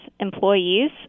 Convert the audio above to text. employees